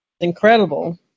Incredible